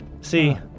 See